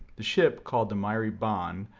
the ship called the mairi bhan,